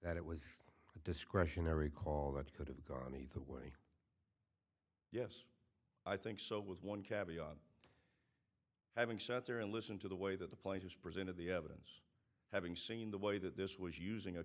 that it was a discretionary call that could have gone either way yes i think so was one cabbie on having sat there and listened to the way that the place was presented the evidence having seen the way that this was using a